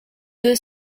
deux